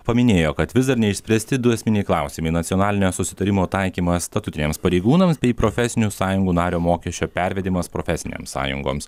paminėjo kad vis dar neišspręsti du esminiai klausimai nacionalinio susitarimo taikymas statutiniams pareigūnams bei profesinių sąjungų nario mokesčio pervedimas profesinėms sąjungoms